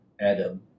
Adam